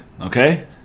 Okay